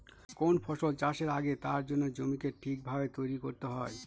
কোন ফসল চাষের আগে তার জন্য জমিকে ঠিক ভাবে তৈরী করতে হয়